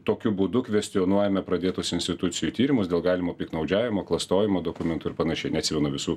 tokiu būdu kvestionuojame pradėtus institucijų tyrimus dėl galimo piktnaudžiavimo klastojimo dokumentų ir panašiai neatsimenu visų